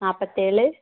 நாப்பத்தேழு